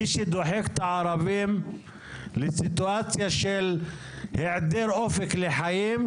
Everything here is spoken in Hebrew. מי שדוחק את הערבים לסיטואציה של היעדר אופק לחיים,